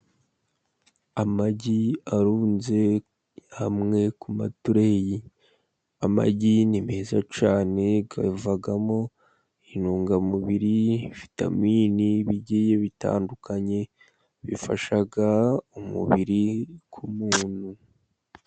Amagi arunze hamwe ku matureyi, amagi ni meza cyane, havamo intungamubiri, vitaminini bigiye bitandukanye bifasha umubiri w'umuntu.